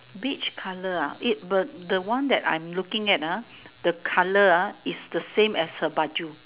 beige colour ah it but the one that I'm looking at ah the colour ah is the same as her baju